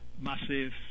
massive